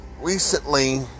recently